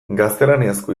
gaztelaniazko